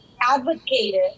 advocated